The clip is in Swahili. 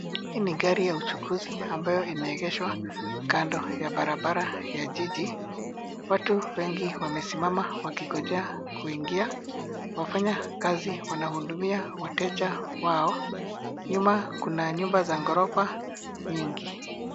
Hii ni gari ya uchukuzi ambayo imeegeshwa kando ya barabara ya jiji. Watu wengi wamesimama wakingojea kuingia wafanyakazi wanahudumia wateja wao. Nyuma kuna nyumba za ghorofa nyingi.